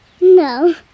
No